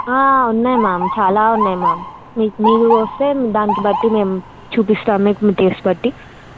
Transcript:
ఉన్నాయి మ్యామ్ చాలా ఉన్నాయి మ్యామ్ మీకు మీరు వస్తే దానికి బట్టి మేము చూపిస్తాము మీకు మీ టేస్ట్ బట్టి